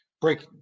break